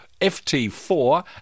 FT4